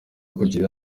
kugirira